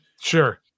Sure